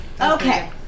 Okay